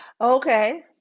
Okay